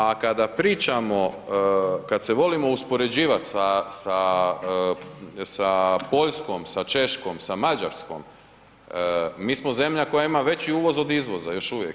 A kada pričamo, kad se volimo uspoređivati sa Poljskom, sa Češkom, sa Mađarskom, mi smo zemlja koja ima veći uvoz od izvoza još uvijek.